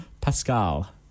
Pascal